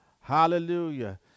Hallelujah